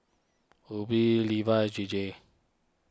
Uber Levi's J J